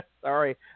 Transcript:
sorry